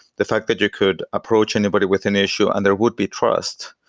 the fact that you could approach anybody with an issue, and there would be trust,